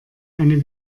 eine